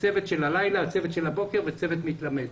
הצוות של הלילה, הצוות של הבוקר וצוות מתלמד.